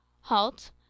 halt